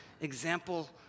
example